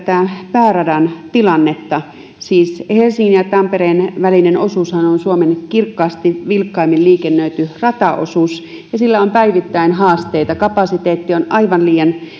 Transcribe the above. pääradan tilannetta siis helsingin ja tampereen välinen osuushan on suomen kirkkaasti vilkkaimmin liikennöity rataosuus ja sillä on päivittäin haasteita kapasiteetti on aivan liian